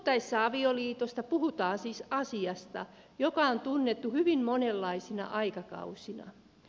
puhuttaessa avioliitosta puhutaan siis asiasta joka on tunnettu hyvin monenlaisina aikakausina